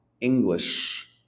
English